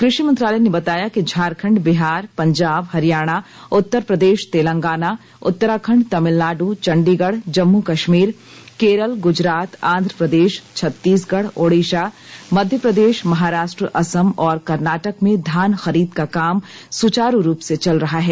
कृषि मंत्रालय ने बताया कि झारखंड बिहार पंजाब हरियाणा उत्तर प्रदेश तेलंगाना उत्तराखंड तमिलनाडु चंडीगढ़ जम्मू कश्मीर केरल गुजरात आंध्र प्रदेश छत्तीसगढ़ ओडिशा मध्यप्रदेश महाराष्ट्र असम और कर्नाटक में धान खरीद का काम सुचारू रूप से चल रहा है